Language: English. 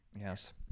Yes